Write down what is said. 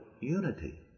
unity